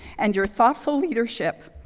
and your thoughtful leadership.